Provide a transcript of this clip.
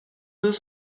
deux